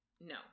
No